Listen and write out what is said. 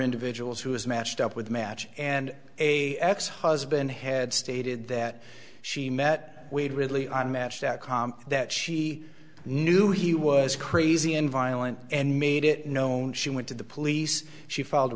individuals who is matched up with match and a ex husband had stated that she met wade ridley on match dot com that she knew he was crazy and violent and made it known she went to the police she filed a